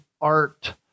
art